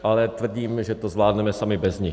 Ale tvrdím, že to zvládneme sami bez nich.